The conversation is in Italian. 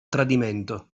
tradimento